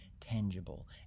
tangible